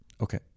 okay